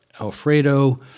Alfredo